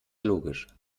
logisch